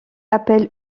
appel